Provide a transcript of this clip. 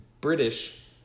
British